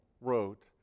wrote